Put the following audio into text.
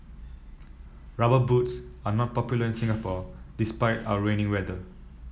rubber boots are not popular in Singapore despite our rainy weather